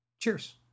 Cheers